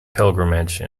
pilgrimage